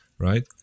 Right